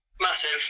Massive